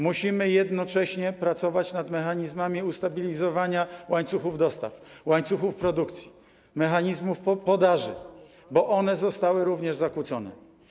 Musimy jednocześnie pracować nad mechanizmami ustabilizowania łańcuchów dostaw, łańcuchów produkcji, mechanizmów podaży, bo one również zostały zakłócone.